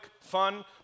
fun